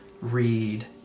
read